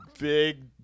Big